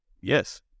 Yes